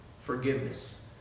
forgiveness